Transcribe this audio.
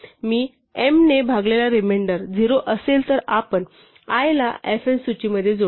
मी m ने भागलेला remainder 0 असेल तर आपण i ला fn सूचीमध्ये जोडू